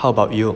how about you